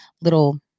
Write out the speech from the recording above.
little